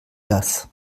das